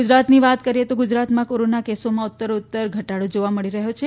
ગુજરાતની વાત કરી એ તો ગુજરાતમાં કોરોના કેસોમાં ઉત્તરોઉત્તર ધટાડો જોવા મળી રહ્યો છે